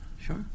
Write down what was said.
Sure